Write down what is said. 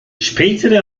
spätere